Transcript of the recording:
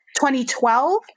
2012